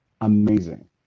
amazing